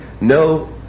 no